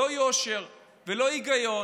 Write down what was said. לא יושר ולא היגיון,